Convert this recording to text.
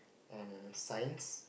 and science